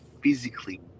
physically